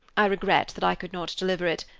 i regret that i could not deliver it.